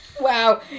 Wow